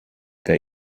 wer